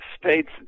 states